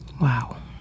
Wow